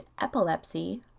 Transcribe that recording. epilepsy